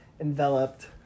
enveloped